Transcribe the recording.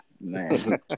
Man